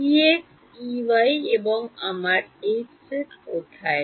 Ex Ey এবং আমার Hz কোথায়